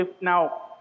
Now